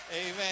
Amen